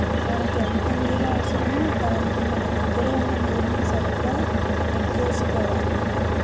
మనకెంత నీరు అవసరమో దానికి మన దగ్గర వున్న నీరుని సరిగా నెక్కేసుకోవాలి